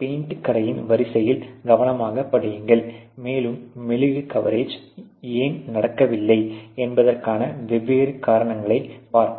paint கடையின் வரிசையில் கவனமாகப் படியுங்கள் மேலும் மெழுகு கவரேஜ் ஏன் நடக்கவில்லை என்பதற்கான வெவ்வேறு காரணங்களை பார்க்கவும்